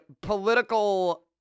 political